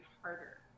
harder